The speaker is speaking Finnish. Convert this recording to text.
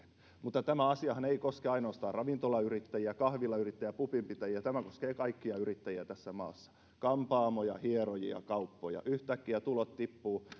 mutta tämä asiahan ei koske ainoastaan ravintolayrittäjiä kahvilayrittäjiä pubinpitäjiä vaan tämä koskee kaikkia yrittäjiä tässä maassa kampaamoja hierojia kauppoja yhtäkkiä tulot tippuvat